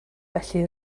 felly